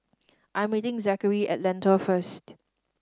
I'm meeting Zackery at Lentor first